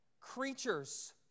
creatures